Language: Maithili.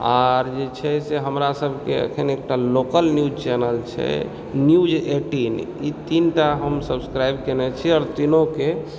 आर जे छै से हमरा सभकेँ एखन एकटा लोकल न्यूज चैनल छै न्यूज एटिन ई तीनटा हम सब्स्क्राइब कयने छी आ तीनोके